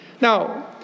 Now